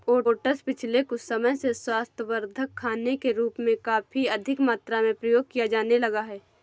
oats पिछले कुछ समय से स्वास्थ्यवर्धक खाने के रूप में काफी अधिक मात्रा में प्रयोग किया जाने लगा है